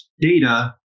data